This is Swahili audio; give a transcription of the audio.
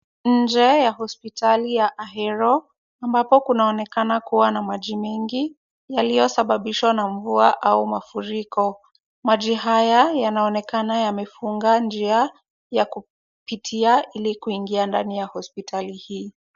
Nje ya hospitali ya Ahero ambapo kunaonekana kuwa na maji mingi, yaliyosababishwa na mvua au mafuriko. Maji haya yanaonekana yamefunga njia, ya kupitia ili kuingia ndani ya hospitali hii.